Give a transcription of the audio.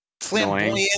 flamboyant